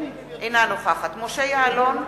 אינה נוכחת משה יעלון,